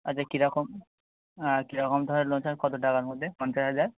আচ্ছা কিরকম কিরকম ধরনের লোন চান কতো টাকার মধ্যে পঞ্চাশ হাজার